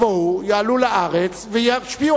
יבואו ויעלו לארץ וישפיעו.